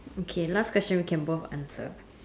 okay last question we can both answer